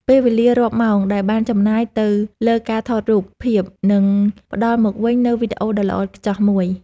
ពេលវេលារាប់ម៉ោងដែលបានចំណាយទៅលើការថតរូបភាពនឹងផ្តល់មកវិញនូវវីដេអូដ៏ល្អឥតខ្ចោះមួយ។